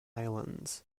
islands